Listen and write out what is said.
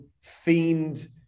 fiend